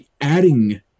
adding